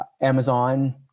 Amazon